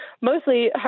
mostly